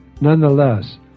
Nonetheless